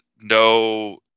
no